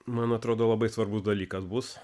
man atrodo labai svarbus dalykas bus